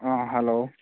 ꯑꯥ hello